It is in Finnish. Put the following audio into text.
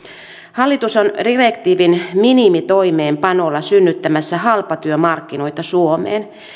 hallitus on direktiivin minimitoimeenpanolla synnyttämässä halpatyömarkkinoita suomeen